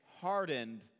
hardened